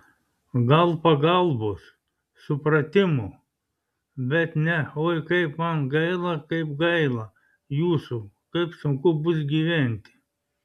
gal pagalbos supratimo bet ne oi kaip man gaila kaip gaila jūsų kaip sunku bus gyventi